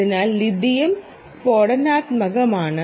അതിനാൽ ലിഥിയം സ്ഫോടനാത്മകമാണ്